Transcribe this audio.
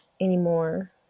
anymore